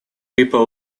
people